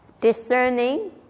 discerning